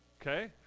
Okay